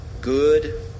Good